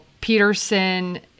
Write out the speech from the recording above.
Peterson